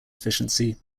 efficiency